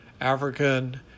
African